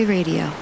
Radio